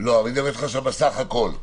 מדבר איתך עכשיו על הסך הכול.